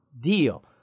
deal